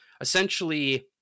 Essentially